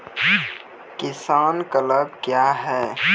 किसान क्लब क्या हैं?